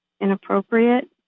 inappropriate